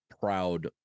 proud